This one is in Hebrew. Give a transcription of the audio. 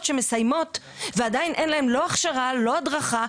שמסיימות ועדיין אין להן לא הכשרה ולא הדרכה,